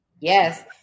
yes